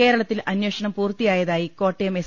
കേരള ത്തിൽ അന്വേഷണം പൂർത്തിയായതായി കോട്ടയം എസ്